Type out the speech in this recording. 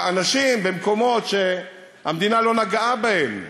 במקומות שהמדינה לא נגעה בהם.